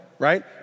right